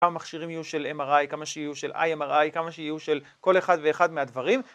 כמה מכשירים יהיו של MRI, כמה שיהיו של IMRI, כמה שיהיו של כל אחד ואחד מהדברים.